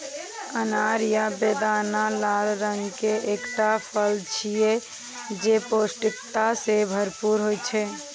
अनार या बेदाना लाल रंग के एकटा फल छियै, जे पौष्टिकता सं भरपूर होइ छै